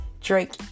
Drake